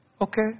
Okay